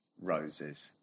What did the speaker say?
roses